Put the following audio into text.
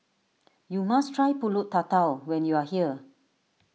you must try Pulut Tatal when you are here